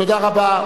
תודה רבה.